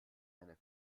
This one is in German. seine